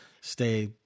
stay